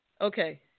Okay